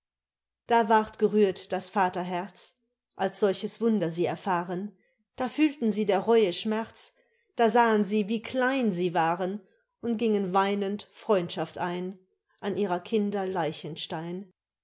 da ward gerührt das vaterherz als solches wunder sie erfahren da fühlten sie der reue schmerz da sahen sie wie klein sie waren und gingen weinend freundschaft ein an ihrer kinder